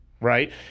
right